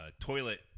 toilet